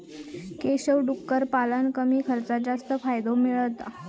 केशव डुक्कर पाळान कमी खर्चात जास्त फायदो मिळयता